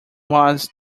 was